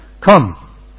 come